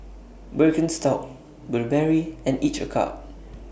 Birkenstock Burberry and Each A Cup